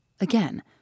Again